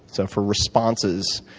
so for responses,